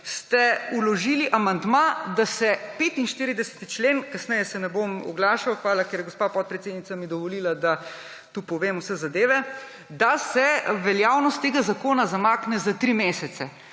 ste vložili amandma, da se 45. člen – kasneje se ne bom oglašal, hvala, ker mi je gospa podpredsednica dovolila, da tu povem vse zadeve – da se veljavnost tega zakona zamakne za tri mesece.